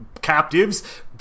captives